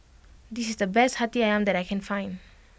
this is the best Hati Ayam that I can find